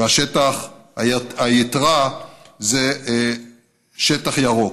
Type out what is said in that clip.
והיתרה זה שטח ירוק.